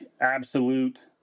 absolute